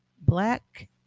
black